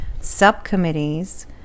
subcommittees